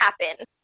happen